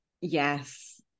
yes